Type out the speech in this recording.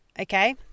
okay